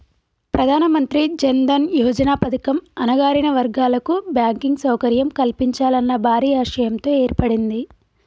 ప్రధానమంత్రి జన్ దన్ యోజన పథకం అణగారిన వర్గాల కు బ్యాంకింగ్ సౌకర్యం కల్పించాలన్న భారీ ఆశయంతో ఏర్పడింది